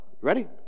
Ready